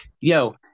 yo